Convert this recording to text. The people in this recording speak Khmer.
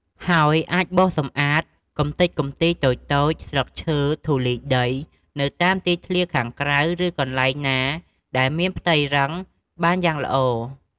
ហើយអាចបោសសម្អាតកម្ទេចកំទីតូចៗ ស្លឹកឈើ ធូលីដីនៅតាមទីធ្លាខាងក្រៅ ឬកន្លែងណាដែលមានផ្ទៃរឹងបានយ៉ាងល្អ។